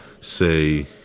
say